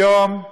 היום,